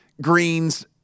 Greens